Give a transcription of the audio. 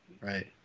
right